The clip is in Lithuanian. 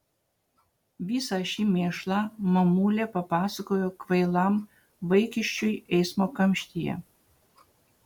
visą šį mėšlą mamulė papasakojo kvailam vaikiščiui eismo kamštyje